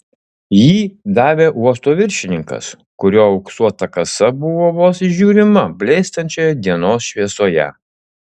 jį davė uosto viršininkas kurio auksuota kasa buvo vos įžiūrima blėstančioje dienos šviesoje